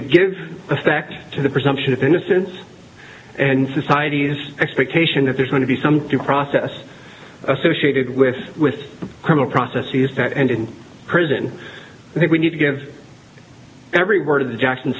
effect to the presumption of innocence and society's expectation if there's going to be some due process associated with with criminal processes that end in prison i think we need to give every word the jackson